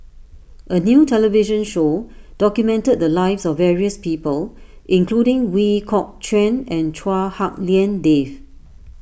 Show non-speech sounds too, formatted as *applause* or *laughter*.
a new television show documented the lives of various people including *unintelligible* Kok Chuen and Chua Hak Lien Dave